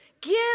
Give